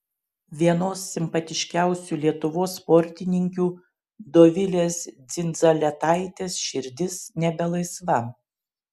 vienos simpatiškiausių lietuvos sportininkių dovilės dzindzaletaitės širdis nebe laisva